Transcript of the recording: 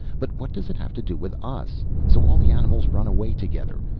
but what does it have to do with us? so all the animals run away together,